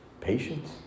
patience